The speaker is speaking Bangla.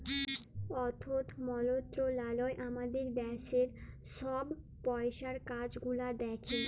অথ্থ মলত্রলালয় আমাদের দ্যাশের ছব পইসার কাজ গুলা দ্যাখে